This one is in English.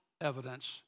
evidence